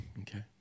okay